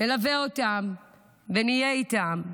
נלווה אותן ונהיה איתן.